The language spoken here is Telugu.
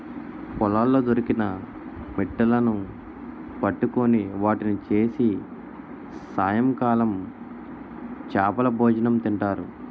పొలాల్లో దొరికిన మిట్టలును పట్టుకొని వాటిని చేసి సాయంకాలం చేపలభోజనం తింటారు